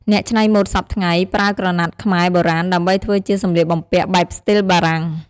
អ្នកច្នៃម៉ូតសព្វថ្ងៃប្រើក្រណាត់ខ្មែរបុរាណ ដើម្បីធ្វើជាសំលៀកបំពាក់បែបស្ទីលបារាំង។